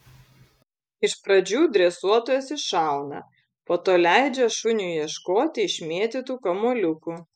iš pradžių dresuotojas iššauna po to leidžia šuniui ieškoti išmėtytų kamuoliukų